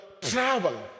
travel